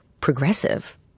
progressive